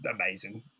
amazing